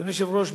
אדוני היושב-ראש,